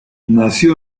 nació